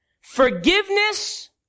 Forgiveness